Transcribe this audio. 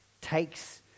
takes